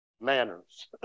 manners